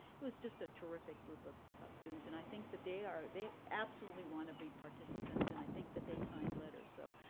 it was just a terrific group of of students, and i think that they are, they absolutely wanna be participants and i think that they've signed letters, so.